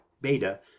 beta